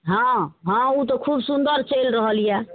हँ हँ ओ तऽ खूब सुन्दर चलि रहल यऽ